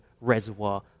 reservoir